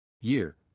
Year